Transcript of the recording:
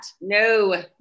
No